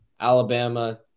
Alabama